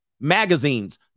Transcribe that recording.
Magazines